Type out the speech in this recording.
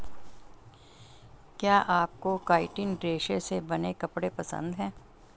क्या आपको काइटिन रेशे से बने कपड़े पसंद है